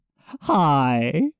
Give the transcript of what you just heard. Hi